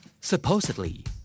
Supposedly